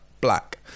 black